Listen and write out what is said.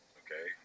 okay